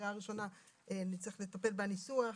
לקריאה ראשונה נצטרך לטפל בניסוח.